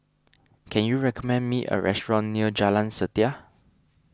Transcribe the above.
can you recommend me a restaurant near Jalan Setia